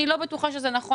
אני לא בטוחה שזה נכון,